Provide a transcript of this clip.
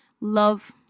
love